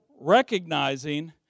recognizing